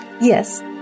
Yes